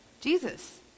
Jesus